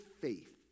faith